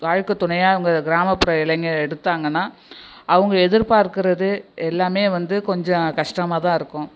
வாழ்க்கை துணையாக அவங்க கிராமபுற இளைஞர் எடுத்தாங்கன்னா அவங்க எதிர்பார்க்குறது எல்லாமே வந்து கொஞ்சம் கஷ்டமாகதான் இருக்கும்